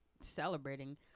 celebrating